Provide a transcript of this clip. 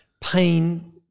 Pain